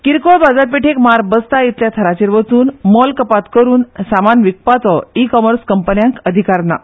किरकोळ बाजारपेठेक मार बसता इतल्या थराचेर वचून मोल कपात करून सामान विकपाचो ई कॉमर्स कंपन्यांक अधिकार ना